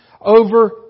over